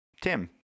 Tim